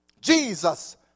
Jesus